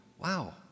wow